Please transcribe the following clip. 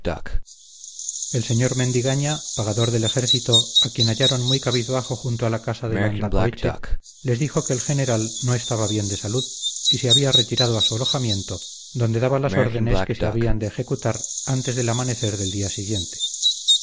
el sr mendigaña pagador del ejército a quien hallaron muy cabizbajo junto a la casa de landacoeche les dijo que el general no estaba bien de salud y se había retirado a su alojamiento donde daba las órdenes que se habían de ejecutar antes del amanecer del día siguiente